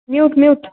mute mute